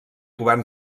govern